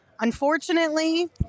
Unfortunately